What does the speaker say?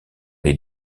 les